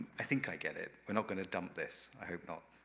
i think i get it. we're not gonna to dump this. i hope not.